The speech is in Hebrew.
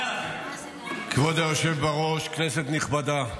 כבוד היושב בראש, כנסת נכבדה,